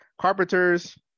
carpenters